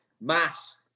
mass